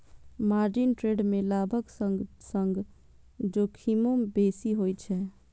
margin trade मे लाभक संग संग जोखिमो बेसी होइ छै